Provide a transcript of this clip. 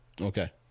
Okay